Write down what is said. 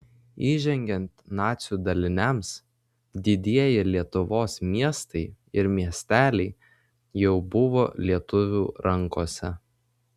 įžengiant nacių daliniams didieji lietuvos miestai ir miesteliai jau buvo lietuvių rankose